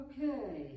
Okay